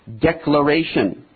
declaration